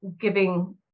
giving